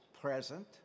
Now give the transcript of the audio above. present